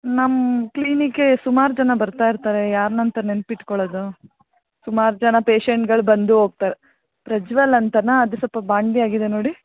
ನಮ್ಮ ಕ್ಲಿನಿಕಿಗೆ ಸುಮಾರು ಜನ ಬರ್ತಾ ಇರ್ತಾರೆ ಯಾರ್ನ ಅಂತ ನೆನ್ಪು ಇಟ್ಕೊಳ್ಳೋದು ಸುಮಾರು ಜನ ಪೇಷೆಂಟುಗಳು ಬಂದು ಹೋಗ್ತಾರೆ ಪ್ರಜ್ವಲ್ ಅಂತನಾ ಅದು ಸ್ವಲ್ಪ ಬಾಣ್ಲಿ ಆಗಿದೆ ನೋಡಿ